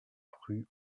crues